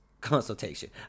consultation